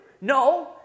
No